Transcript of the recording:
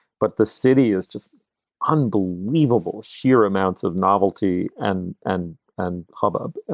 but the city is just unbelievable. sheer amounts of novelty and and and hubbub,